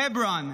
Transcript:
Hebron,